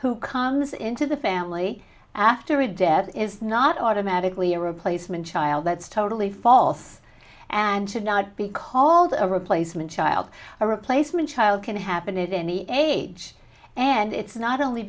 who comes into the family after a death is not automatically a replacement child that's totally false and should not be called a replacement child a replacement child can happen at any age and it's not only